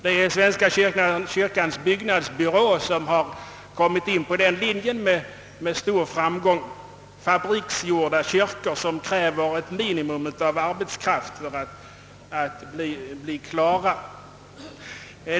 Det är Svenska kyrkans byggnadsbyrå som har kommit in på den linjen och arbetat med stor framgång — monteringsfärdiga, fabriksgjorda, kyrkor som kräver ett minimum av arbetskraft för att bli färdiga.